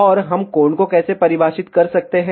और हम कोण को कैसे परिभाषित कर सकते हैं